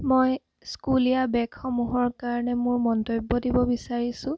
মই স্কুলীয়া বেগসমূহৰ কাৰণে মোৰ মন্তব্য দিব বিচাৰিছোঁ